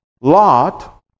Lot